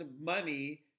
money